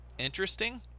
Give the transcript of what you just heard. Interesting